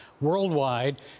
worldwide